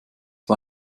war